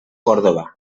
còrdova